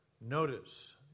Notice